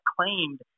claimed